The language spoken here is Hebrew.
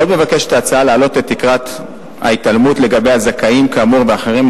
עוד מבקשת ההצעה להעלות את תקרת ההתעלמות לגבי הזכאים כאמור ואחרים,